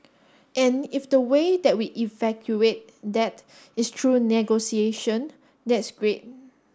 and if the way that we that is through negotiation that's great